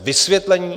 Vysvětlení.